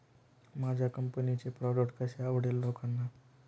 माझ्या कंपनीचे प्रॉडक्ट कसे आवडेल लोकांना?